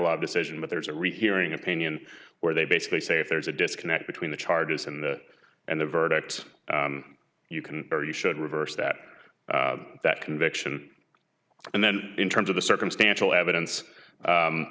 lot of decision but there's a rehearing opinion where they basically say if there's a disconnect between the charges and the and the verdicts you can or you should reverse that that conviction and then in terms of the circumstantial evidence